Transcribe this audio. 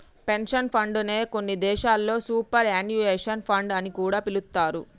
pension fund నే కొన్ని దేశాల్లో సూపర్ యాన్యుయేషన్ ఫండ్ అని కూడా పిలుత్తారు